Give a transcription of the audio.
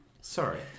Sorry